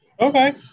Okay